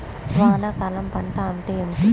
వానాకాలం పంట అంటే ఏమిటి?